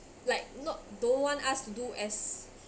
like not don't want us to do as